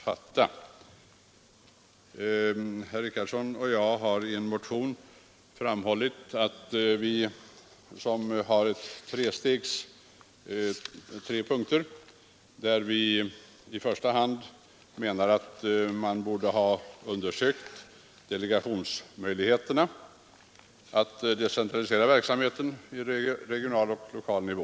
Herr Richardson och jag har i en motion 1973:1710 uppställt tre punkter och menar i den första att man borde undersöka delegations möjligheterna, alltså möjligheterna att decentralisera verksamheten till regional och lokal nivå.